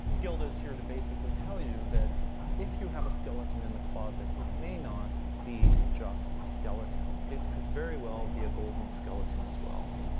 gilda is here to basically tell you that if you have a skeleton in the closet, it may not be just a skeleton. it could very well be a golden skeleton as well.